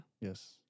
Yes